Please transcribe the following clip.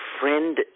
friend